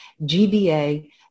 GBA